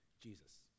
Jesus